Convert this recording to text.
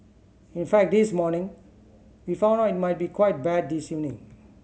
in fact this morning we found out it might be quite bad this evening